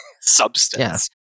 substance